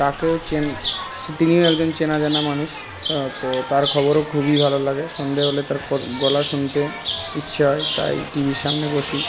তাকেও তিনিও একজন চেনাজানা মানুষ তো তার খবরও খুবই ভালো লাগে সন্ধে হলে তার গলা শুনতে ইচ্ছা হয় তাই টিভির সামনে বসি